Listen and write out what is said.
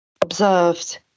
observed